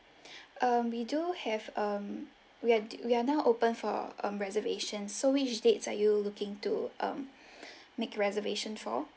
um we do have um we are we are now open for um reservation so which dates are you looking to um make reservations for